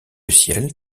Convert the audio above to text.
ciel